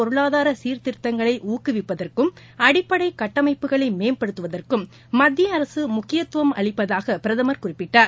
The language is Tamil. பொருளாதாரசீாதிருத்தங்களைஊக்கவிப்பதற்கும் அடிப்படைகட்டமைப்புகளைமேம்படுத்துவதற்கும் கடல்சாா் மத்திய அரசுமுக்கியத்தவம் அளிப்பதாகபிரதமர் குறிப்பிட்டார்